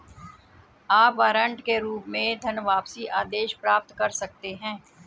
आप वारंट के रूप में धनवापसी आदेश प्राप्त कर सकते हैं